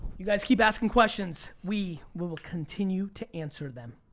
you guys, keep asking questions, we we will continue to answer them.